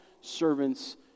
servants